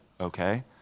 okay